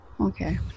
Okay